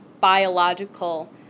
biological